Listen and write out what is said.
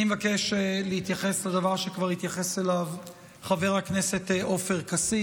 אני מבקש להתייחס לדבר שכבר התייחס אליו חבר הכנסת עופר כסיף.